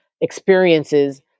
experiences